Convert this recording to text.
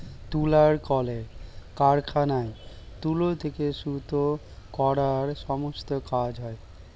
তুলার কলের কারখানায় তুলো থেকে সুতো করার সমস্ত কাজ হয়